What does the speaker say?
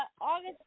August